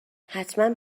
حتما